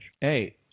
Hey